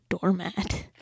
doormat